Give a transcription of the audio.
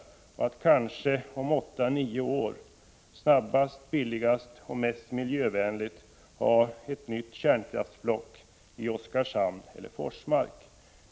Det gäller också att om kanske åtta nio år, med hänsyn till vad som är snabbast, billigast och mest miljövänligt, åstadkomma ett nytt kärnkraftsblock i Oskarshamn eller Forsmark.